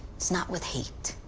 it's not with hate,